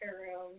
room